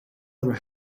aber